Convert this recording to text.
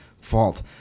fault